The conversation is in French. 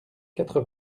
quatre